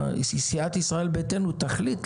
סיעת ישראל ביתנו תחליט,